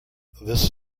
this